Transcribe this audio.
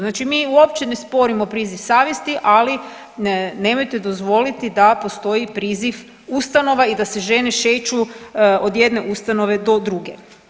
Znači mi uopće ne sporimo priziv savjesti, ali nemojte dozvoliti da postoji priziv ustanove i da se žene šeću od jedne ustanove do druge.